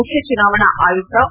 ಮುಖ್ಯ ಚುನಾವಣಾ ಆಯುಕ್ತ ಒ